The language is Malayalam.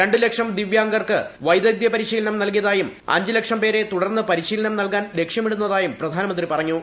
രണ്ട് ലക്ഷം ദിവ്യാംഗർക്ക് വൈദഗ്ധ്യ പരിശീലനം നൽകിയതായും അഞ്ച് ലക്ഷം പേരെ തുടർന്ന് പരിശീലനം നൽകാൻ ലക്ഷ്യമിടുന്നതായും പ്രധാനമന്ത്രി പറഞ്ഞു